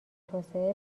توسعه